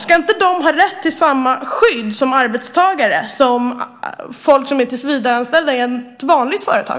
Ska inte de som arbetstagare ha rätt till samma skydd på samma sätt som de som är tillsvidareanställda i ett vanligt företag?